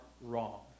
wrong